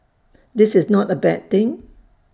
this is not A bad thing